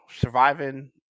surviving